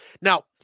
Now